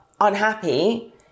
unhappy